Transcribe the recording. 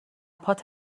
پات